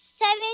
seven